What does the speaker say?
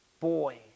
boy